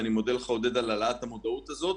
אני מודה לך, עודד, על העלאת המודעות הזו.